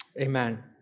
amen